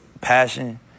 passion